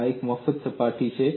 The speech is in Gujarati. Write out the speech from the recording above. આ એક મફત સપાટી છે